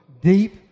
deep